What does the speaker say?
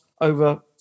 over